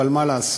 אבל מה לעשות,